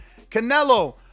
Canelo